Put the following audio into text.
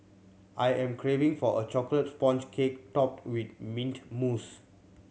I am craving for a chocolate sponge cake topped with mint mousse